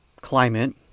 climate